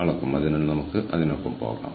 ഞാൻ ഇവിടെ നിങ്ങൾക്ക് പേപ്പറുകൾ കാണിക്കാം